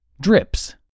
drips